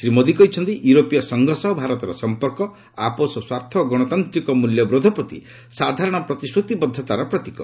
ଶ୍ରୀ ମୋଦୀ କହିଛନ୍ତି ୟୁରୋପୀୟ ସଂଘ ସହ ଭାରତର ସମ୍ପର୍କ ଆପୋଷ ସ୍ୱାର୍ଥ ଓ ଗଣତାନ୍ତିକ ମୂଲ୍ୟବୋଧ ପ୍ରତି ସାଧାରଣ ପ୍ରତିଶ୍ରତିବଦ୍ଧତାର ପ୍ରତିକ